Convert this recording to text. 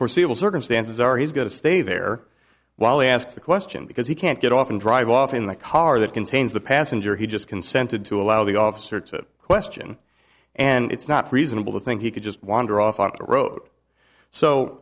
foreseeable circumstances are he's going to stay there while he asks the question because he can't get off and drive off in the car that contains the passenger he just consented to allow the officer to question and it's not reasonable to think he could just wander off on the road so